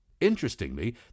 Interestingly